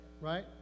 right